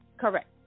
correct